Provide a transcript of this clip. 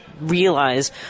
realize